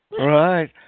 Right